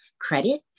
credit